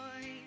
boy